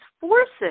forces